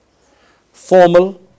formal